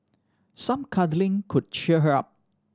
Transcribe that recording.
some cuddling could cheer her up